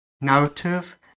narrative